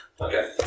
Okay